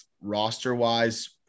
roster-wise